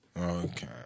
Okay